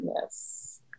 yes